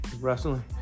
Wrestling